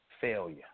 failure